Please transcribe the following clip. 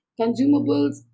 consumables